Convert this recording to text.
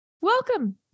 Welcome